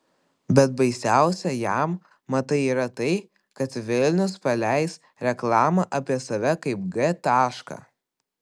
bet baisiausia jam matai yra tai kad vilnius paleis reklamą apie save kaip g tašką